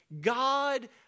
God